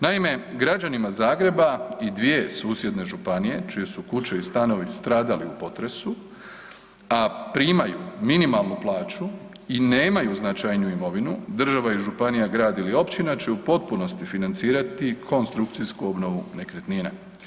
Naime, građanima Zagreba i dvije susjedne županije čije su kuće i stanovi stradali u potresu, a primaju minimalnu plaću i nemaju značajniju imovinu država, županija, grad ili općina će u potpunosti financirati konstrukciju obnovu nekretnina.